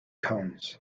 cones